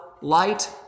light